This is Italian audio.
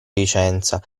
licenza